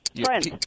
Friends